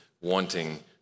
wanting